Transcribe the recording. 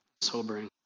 sobering